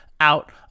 out